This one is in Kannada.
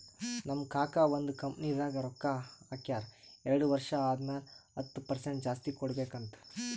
ನಮ್ ಕಾಕಾ ಒಂದ್ ಕಂಪನಿದಾಗ್ ರೊಕ್ಕಾ ಹಾಕ್ಯಾರ್ ಎರಡು ವರ್ಷ ಆದಮ್ಯಾಲ ಹತ್ತ್ ಪರ್ಸೆಂಟ್ ಜಾಸ್ತಿ ಕೊಡ್ಬೇಕ್ ಅಂತ್